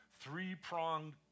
three-pronged